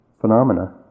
phenomena